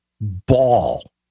ball